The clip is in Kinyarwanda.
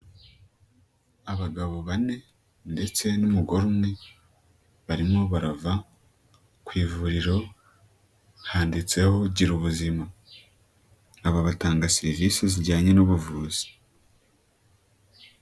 Abagabo bane ndetse n'umugore umwe barimo barava ku ivuriro handitseho gira ubuzima, aba batanga serivise zijyanye n'ubuvuzi.